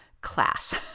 class